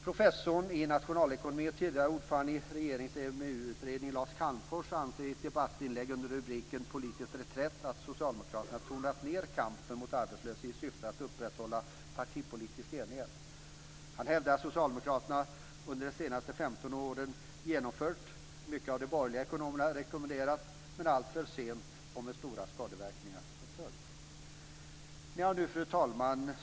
Professorn i nationalekonomi och tidigare ordförande för regeringens EMU-utredning Lars Calmfors anser i ett debattinlägg under rubriken "Politisk reträtt" att socialdemokraterna har tonat ned kampen mot arbetslösheten i syfte att upprätthålla partipolitisk enighet. Han hävdar att socialdemokraterna under de senaste 15 åren genomfört mycket av det som de borgerliga ekonomerna rekommenderat, men alltför sent och med stora skadeverkningar som följd. Fru talman!